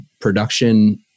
production